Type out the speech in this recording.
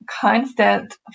constant